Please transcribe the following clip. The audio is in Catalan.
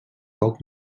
poc